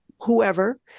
whoever